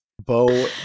Bo